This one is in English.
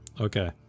Okay